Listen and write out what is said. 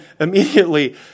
immediately